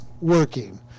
working